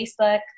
Facebook